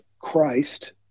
christ